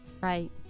Right